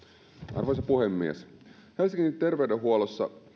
arvoisa puhemies helsingin terveydenhuollossa